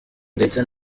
ndetse